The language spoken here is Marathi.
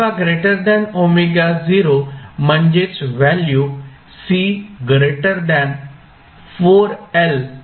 α ω0 म्हणजेच व्हॅल्यू मिळते